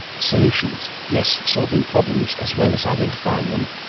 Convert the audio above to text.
solutions. yes, solving problems as well as identifying them.